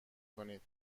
کنید